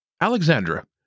Alexandra